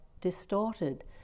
distorted